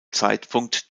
zeitpunkt